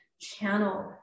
channel